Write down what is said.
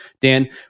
Dan